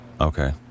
Okay